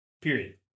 period